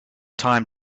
time